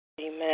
Amen